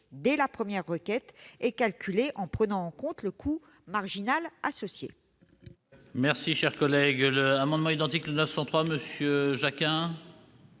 dès la première requête et calculée en prenant en compte le coût marginal associé.